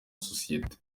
sosiyete